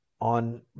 on